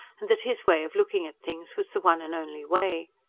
and that his way of looking at things was the one and only way.